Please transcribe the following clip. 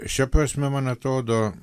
šia prasme man atrodo